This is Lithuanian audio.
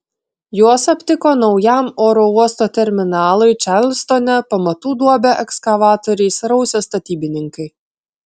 juos aptiko naujam oro uosto terminalui čarlstone pamatų duobę ekskavatoriais rausę statybininkai